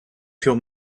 pure